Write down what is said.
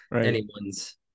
anyone's